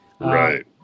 Right